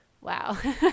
wow